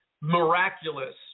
miraculous